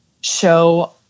show